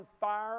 fire